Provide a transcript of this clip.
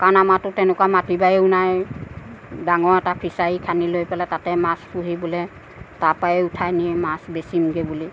কাৰণ আমাৰতো তেনেকুৱা মাটি বাৰীও নাই ডাঙৰ এটা ফিচাৰি খান্দি লৈ পেলাই তাতে মাছ পুহি পেলাই তাৰ পৰাই উঠাই নি মাছ বেচিমগৈ বুলি